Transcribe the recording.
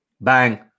bang